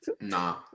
Nah